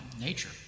nature